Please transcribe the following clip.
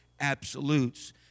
Absolutes